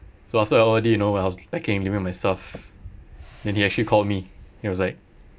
so after O_R_D you know whilst I was packing myself then he actually called me he was like